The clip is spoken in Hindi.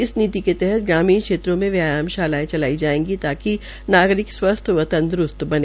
इस नीति के तहत ग्रामीण क्षेत्रों में व्यायाम शालायें चलाई जायेगी ताकि नागरिक स्वस्थ व तंदरूस्त बने